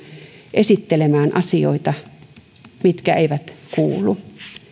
esittelemään asioita mitkä eivät sinne kuulu